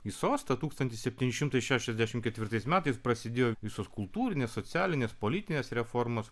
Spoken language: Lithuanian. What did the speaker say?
į sostą tūkstantis septyni šimtai šešiasdešimt ketvirtais metais prasidėjo visos kultūrinės socialinės politinės reformos